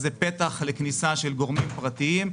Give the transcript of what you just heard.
אז זה פתח לכניסה של גורמים פרטיים,